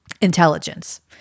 intelligence